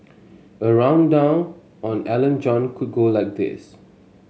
a rundown on Alan John could go like this